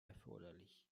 erforderlich